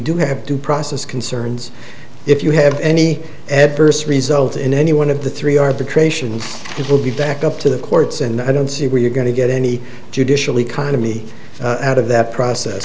do have due process concerns if you have any adverse result in any one of the three arbitration it will be back up to the courts and i don't see where you're going to get any judicial economy out of that process